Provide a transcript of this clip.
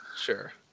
sure